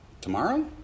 Tomorrow